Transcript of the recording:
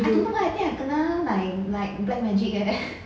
I don't know why I think I kena like like black magic eh